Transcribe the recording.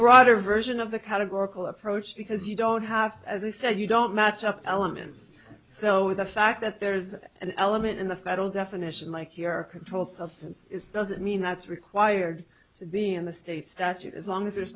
broader version of the categorical approach because you don't have as i said you don't match up elements so with the fact that there's an element in the federal definition like you're a controlled substance does that mean that's required to be in the state statute as long as there's